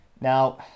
Now